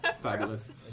Fabulous